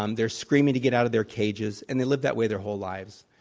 um they're screaming to get out of their cages, and they live that way their whole lives,